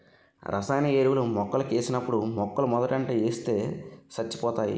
రసాయన ఎరువులు మొక్కలకేసినప్పుడు మొక్కలమోదంట ఏస్తే సచ్చిపోతాయి